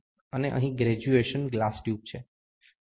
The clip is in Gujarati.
અને અહીં ગ્રેજ્યુએશન ગ્લાસ ટ્યુબ છે